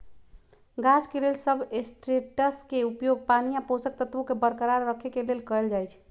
गाछ के लेल सबस्ट्रेट्सके उपयोग पानी आ पोषक तत्वोंके बरकरार रखेके लेल कएल जाइ छइ